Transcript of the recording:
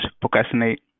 procrastinate